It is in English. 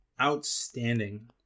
outstanding